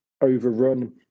overrun